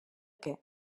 què